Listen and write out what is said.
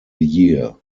year